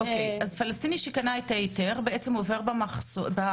פלסטיני שקנה את ההיתר למעשה עובר במעבר,